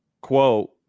quote